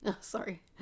sorry